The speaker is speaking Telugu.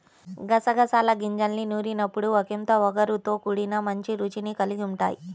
గసగసాల గింజల్ని నూరినప్పుడు ఒకింత ఒగరుతో కూడి మంచి రుచిని కల్గి ఉంటయ్